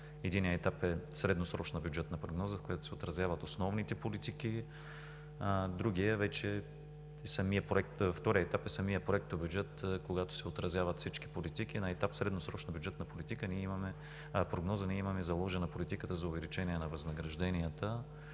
единият е средносрочна бюджетна прогноза, в която се отразяват основните политики; вторият етап е самият проектобюджет, когато се отразяват всички политики. На етап средносрочна бюджетна прогноза ние имаме заложена политиката за увеличение на възнагражденията,